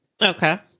Okay